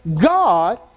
God